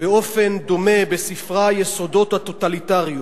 באופן דומה בספרה "יסודות הטוטליטריות",